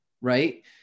Right